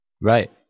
Right